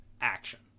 action